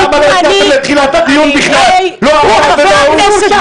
למה לא הגעתם לתחילת הדיון בכלל, לא אתה ולא הוא?